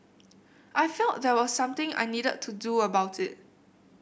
I felt there was something I needed to do about it